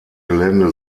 gelände